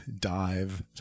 dive